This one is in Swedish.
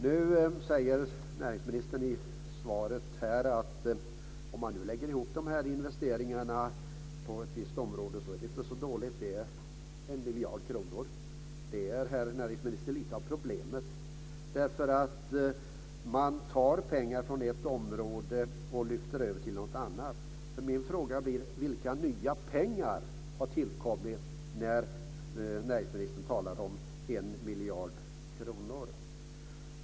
Nu säger näringsministern i svaret att om man lägger ihop investeringarna på ett visst område så är det inte så dåligt - det är 1 miljard kronor. Men det är ju lite av problemet, herr näringsminister! Man tar nämligen pengar från ett område och lyfter över till ett annat. Min fråga blir: Vilka nya pengar har tillkommit när näringsministern talar om 1 miljard kronor?